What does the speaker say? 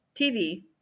TV